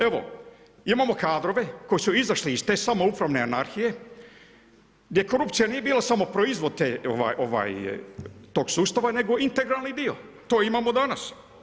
Evo imamo kadrove koji su izašli iz te samoupravne anarhije gdje korupcija nije bila samo proizvod tog sustava nego integralni dio, to imamo danas.